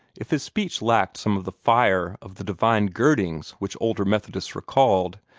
if his speech lacked some of the fire of the divine girdings which older methodists recalled,